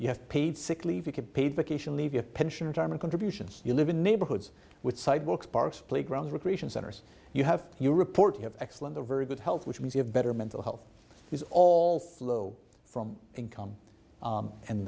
you have paid sick leave you get paid vacation leave your pension retirement contributions you live in neighborhoods with sidewalks parks playgrounds recreation centers you have your report you have excellent a very good health which means you have better mental health is all flow from income